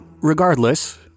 Regardless